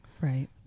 right